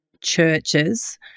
churches